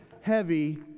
heavy